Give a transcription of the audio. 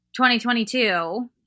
2022